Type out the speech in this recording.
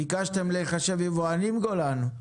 ביקשתם להיחשב יבואנים, גולן?